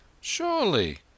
surely